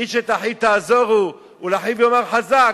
איש את אחיו תעזורו, ולאחיו יאמר חזק,